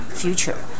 future